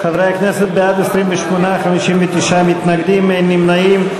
חברי הכנסת, בעד, 28, 59 מתנגדים, אין נמנעים.